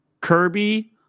Kirby